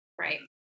Right